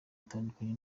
atandukanye